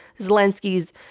Zelensky's